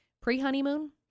pre-honeymoon